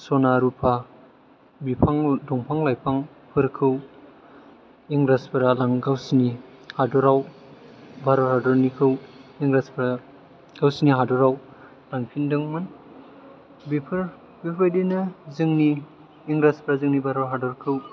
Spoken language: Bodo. सना रुपा बिफां दंफां लाइफां फोरखौ इंराजफोरा गावसोरनि हादराव भारत हादरनिखौ इंराजफोरा गावसिनि हादराव लांफिनदोंमोन बेफोर बेफोरबायदिनो जोंनि इंराजफ्रा जोंनि भारत हादरखौ